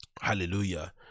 hallelujah